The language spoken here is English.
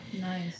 Nice